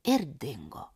ir dingo